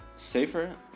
safer